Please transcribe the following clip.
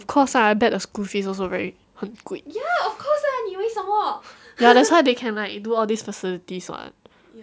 of course ah I bet the school fees also very 很贵 ya that's why they can do all these facilities what